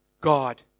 God